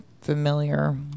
familiar